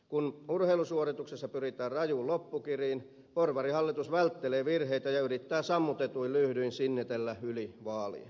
kun urheilusuorituksessa pyritään rajuun loppukiriin porvarihallitus välttelee virheitä ja yrittää sammutetuin lyhdyin sinnitellä yli vaalien